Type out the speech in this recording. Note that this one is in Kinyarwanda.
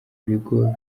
bigo